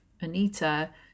anita